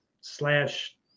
slash